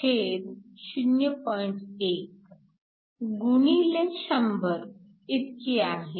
1 x 100 इतकी आहे